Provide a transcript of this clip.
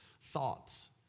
thoughts